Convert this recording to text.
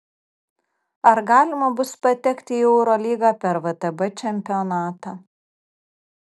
ar galima bus patekti į eurolygą per vtb čempionatą